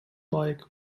dyke